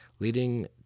leading